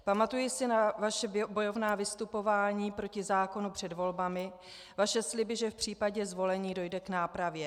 Pamatuji si na vaše bojovná vystupování proti zákonu před volbami, vaše sliby, že v případě zvolení dojde k nápravě.